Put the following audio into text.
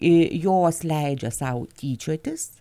jos leidžia sau tyčiotis